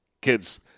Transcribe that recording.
kids